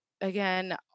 again